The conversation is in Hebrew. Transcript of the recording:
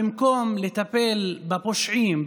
במקום לטפל בפושעים,